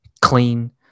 clean